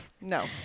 No